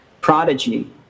prodigy